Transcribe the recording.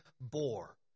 bore